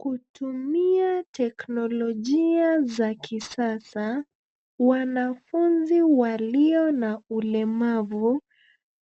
Kutumia teknolojia za kisasa, wanafunzi walio na ulemavu